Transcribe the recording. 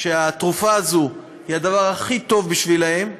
שהתרופה הזו היא הדבר הכי טוב בשבילם.